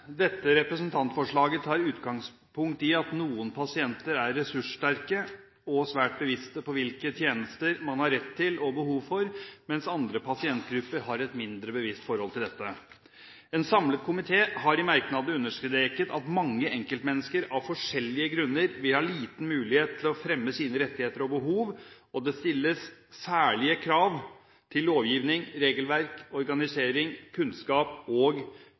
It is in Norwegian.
Dette representantforslaget tar utgangspunkt i at noen pasienter er ressurssterke og svært bevisste på hvilke tjenester man har rett til og behov for, mens andre pasientgrupper har et mindre bevisst forhold til dette. En samlet komité har i merknadene understreket at mange enkeltmennesker av forskjellige grunner vil ha liten mulighet til å fremme sine rettigheter og behov, og det stilles særlige krav til lovgivning, regelverk, organisering, kunnskap og